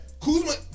Kuzma